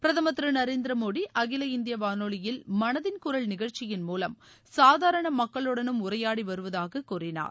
பிரதம் திரு நரேந்திர மோடி அகில இந்திய வானொலியில் மனதின் குரல் நிகழ்ச்சியின் மூலம் சாதாரண மக்களுடனும் உரையாடி வருவதாக கூறினார்